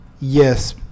yes